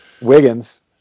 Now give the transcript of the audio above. Wiggins